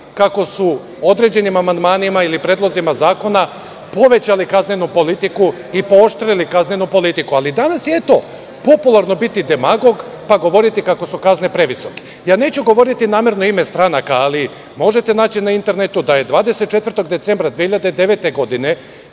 kako su određenim amandmanima ili predlozima zakona povećali kaznenu politiku i pooštrili kaznenu politiku. Danas je popularno biti demagog, pa govoriti kako su kazne previsoke. Namerno neću govoriti imena stranaka, ali možete naći na internetu da je 24. decembra 2009. godine